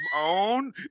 own